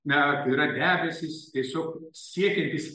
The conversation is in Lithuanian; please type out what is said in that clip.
net yra debesys tiesiog siekiantys